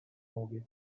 movies